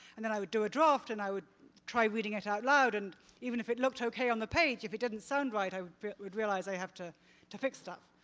and then i would do a draft and i would try reading it out loud. and even if it looked okay on the page, if it didn't sound right, i would realize i have to to fix that.